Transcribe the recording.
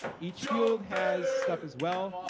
each field has stuff as well.